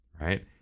right